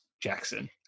Jackson